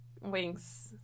wings